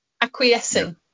acquiescing